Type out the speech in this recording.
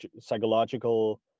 psychological